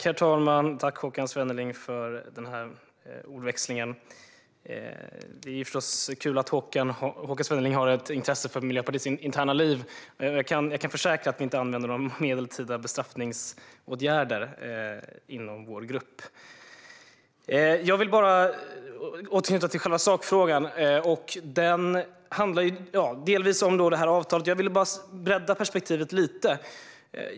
Herr talman! Tack, Håkan Svenneling, för ordväxlingen! Det är förstås kul att Håkan Svenneling har ett intresse för Miljöpartiets interna liv. Jag kan försäkra att vi inte använder några medeltida bestraffningsåtgärder inom vår grupp. Jag vill återknyta till själva sakfrågan, som delvis handlar om det här avtalet, och bredda perspektivet lite.